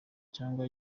cyangwa